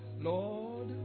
Lord